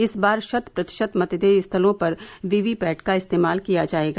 इस बार शत प्रतिशत मतदेय स्थलों पर वीवी पैट का इस्तेमाल किया जायेगा